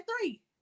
three